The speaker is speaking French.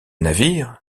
navires